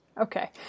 Okay